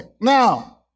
Now